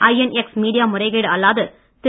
INX media முறைகேடு அல்லாது திரு